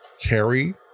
carry